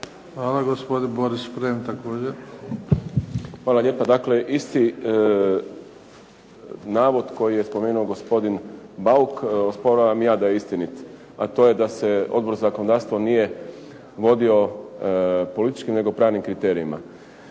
**Šprem, Boris (SDP)** Hvala lijepa. Dakle, isti navod koji je spomenuo gospodin Bauk osporavam i ja da je istinit. A to je da se Odbor za zakonodavstvo nije vodio političkim nego pravnim kriterijima,